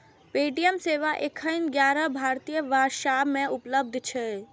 Paytm सेवा एखन ग्यारह भारतीय भाषा मे उपलब्ध छै